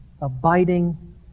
abiding